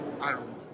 Ireland